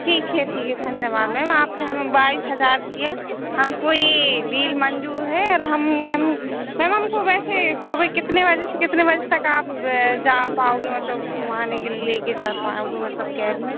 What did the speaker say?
ठीक हे ठीक है धन्यवाद मैम आपने हमें बाइस हजार किया हमको ये डील मंजूर है और हम मैम मैम हमको वैसे सुबह कितने बजे से कितने बजे तक आप जा पाओगे मतलब घुमाने के लिए लेकर जा पाओगे मतलब कैब में